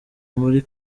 muri